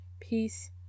peace